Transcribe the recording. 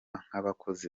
nk’abakozi